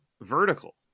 vertical